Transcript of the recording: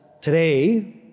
today